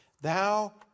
thou